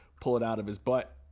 pull-it-out-of-his-butt